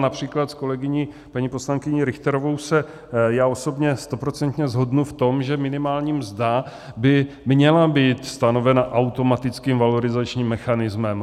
Například s kolegyní paní poslankyní Richterovou se já osobně stoprocentně shodnu v tom, že minimální mzda by měla být stanovena automatickým valorizačním mechanismem.